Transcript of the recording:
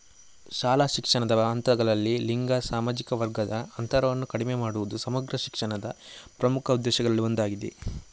ಶಾಲಾ ಶಿಕ್ಷಣದ ಹಂತಗಳಲ್ಲಿ ಲಿಂಗ ಸಾಮಾಜಿಕ ವರ್ಗದ ಅಂತರವನ್ನು ಕಡಿಮೆ ಮಾಡುವುದು ಸಮಗ್ರ ಶಿಕ್ಷಾದ ಪ್ರಮುಖ ಉದ್ದೇಶಗಳಲ್ಲಿ ಒಂದಾಗಿದೆ